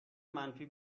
منفی